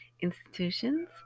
institutions